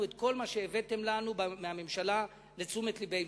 את כל מה שהבאתם לנו מהממשלה לתשומת לבנו.